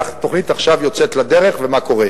התוכנית שעכשיו יוצאת לדרך, ומה קורה.